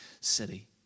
city